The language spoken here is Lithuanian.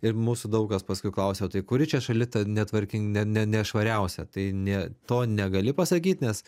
ir mūsų daug kas paskui klausia tai kuri čia šalis ta netvarkinga ne ne nešvariausia tai ne to negali pasakyt nes